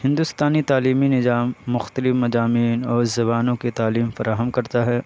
ہندوستانی تعلیمی نظام مختلف مضامین اور زبانوں کی تعلیم فراہم کرتا ہے